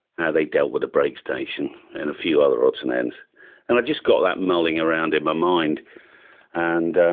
how they dealt with a break station and a few other odds and ends and i just got that mulling around in my mind and